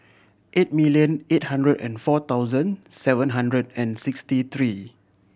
eight million eight hundred and four thousand seven hundred and sixty three